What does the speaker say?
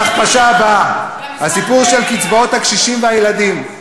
להכפשה הבאה: הסיפור של קצבאות הקשישים והילדים.